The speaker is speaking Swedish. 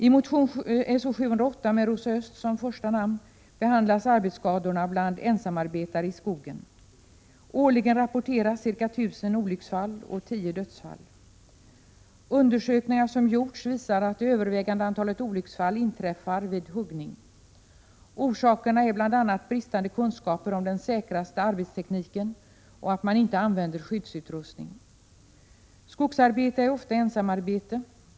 I motion S0708 med Rosa Östh som första namn behandlas arbetsskadorna bland ensamarbetare i skogen. Årligen rapporteras ca 1 000 olycksfall och 10 dödsfall. Undersökningar som har gjorts visar att det övervägande antalet olycksfall inträffar vid huggning. Orsaken är bl.a. bristande kunskaper om den säkraste arbetstekniken och att skyddsutrustning inte används. Skogsarbete är ofta ensamarbete.